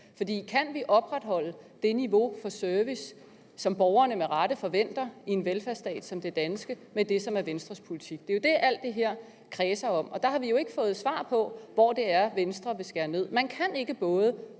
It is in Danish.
For kan vi opretholde det niveau for service, som borgerne med rette forventer i en velfærdsstat som den danske, med Venstres politik? Det er jo det, alt det her kredser om. Der har vi jo ikke fået svar på, hvor det er, Venstre vil skære ned.